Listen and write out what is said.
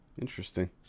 Interesting